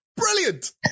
brilliant